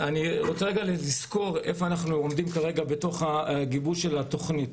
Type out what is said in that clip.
אני רוצה רגע לסקור איפה אנחנו עומדים כרגע בגיבוש התוכנית.